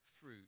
fruit